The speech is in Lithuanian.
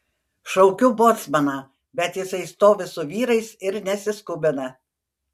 šaukiu bocmaną bet jisai stovi su vyrais ir nesiskubina